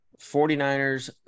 49ers